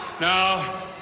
Now